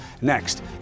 next